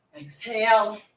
Exhale